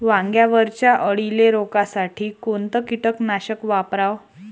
वांग्यावरच्या अळीले रोकासाठी कोनतं कीटकनाशक वापराव?